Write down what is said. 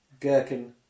Gherkin